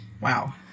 Wow